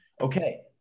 okay